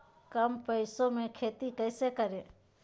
कम पैसों में खेती कैसे करें?